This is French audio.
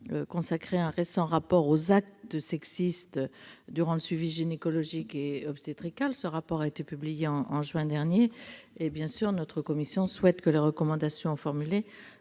consacré un rapport aux actes sexistes durant le suivi gynécologique et obstétrical, qui a été publié en juin dernier. Notre commission souhaite bien sûr que les recommandations formulées